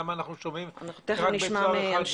למה אנחנו שומעים שרק בית סוהר אחד נבנה?